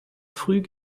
früh